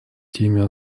теме